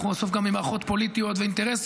אנחנו בסוף גם עם מערכות פוליטיות ואינטרסים,